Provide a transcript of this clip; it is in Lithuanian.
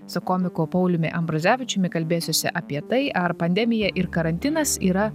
su komiku pauliumi ambrazevičiumi kalbėsiuosi apie tai ar pandemija ir karantinas yra